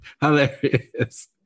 Hilarious